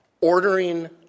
ordering